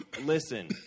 listen